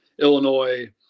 Illinois